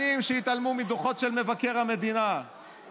שנים שהתעלמו מדוחות של מבקר המדינה,